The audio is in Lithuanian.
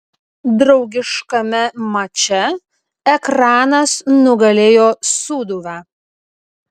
draugiškame mače ekranas nugalėjo sūduvą